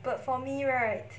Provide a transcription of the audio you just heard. but for me right